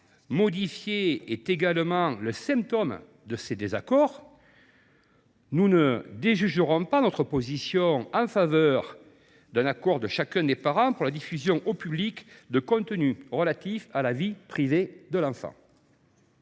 modifié, est un autre symptôme de ces désaccords. Nous ne nous déjugerons pas en abandonnant notre position en faveur d’un accord de chacun des parents pour la diffusion au public de contenus relatifs à la vie privée de l’enfant.